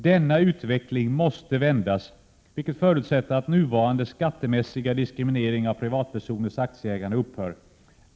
Denna utveckling måste vändas, vilket förutsätter att nuvarande skattemässiga diskriminering av privatpersoners aktieägande upphör.